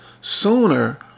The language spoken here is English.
sooner